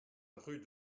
rue